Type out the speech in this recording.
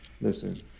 Listen